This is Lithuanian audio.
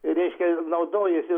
reiškia naudojasi